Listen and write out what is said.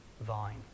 vine